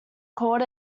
called